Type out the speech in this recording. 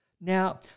Now